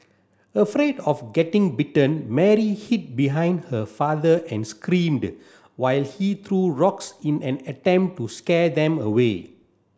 afraid of getting bitten Mary hid behind her father and screamed while he threw rocks in an attempt to scare them away